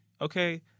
Okay